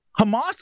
Hamas